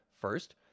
First